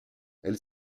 elle